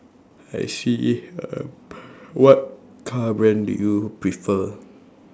I see what car brand do you prefer